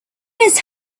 his